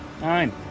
nine